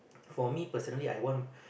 for me personally I want